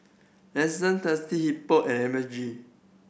Lexus Thirsty Hippo and M A G